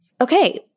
Okay